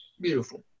beautiful